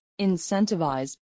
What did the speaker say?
incentivize